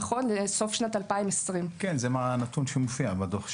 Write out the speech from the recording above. נכון לסוף שנת 2020. זה נתון שמופיע בדוח המבקר.